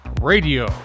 radio